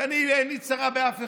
ואני, עיני אינה צרה באף אחד.